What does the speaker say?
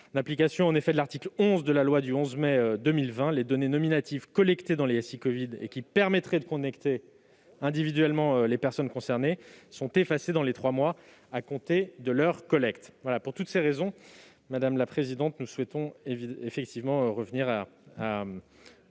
application de l'article 11 de la loi du 11 mai 2020, les données nominatives collectées dans les SI covid et qui permettraient de contacter individuellement les personnes concernées sont effacées dans les trois mois à compter de leur collecte. Pour toutes ces raisons, nous souhaitons revenir à